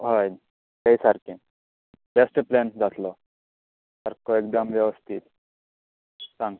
हय तेंय सारकें बॅस्ट प्लॅन जातलो सारको एकदम वेवस्थीत सांग